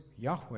Yahweh